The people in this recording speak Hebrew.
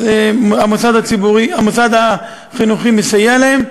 אז המוסד החינוכי מסייע להן.